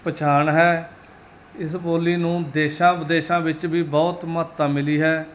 ਪਛਾਣ ਹੈ ਇਸ ਬੋਲੀ ਨੂੰ ਦੇਸ਼ਾਂ ਵਿਦੇਸ਼ਾਂ ਵਿੱਚ ਵੀ ਬਹੁਤ ਮਹੱਤਤਾ ਮਿਲੀ ਹੈ